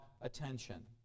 attention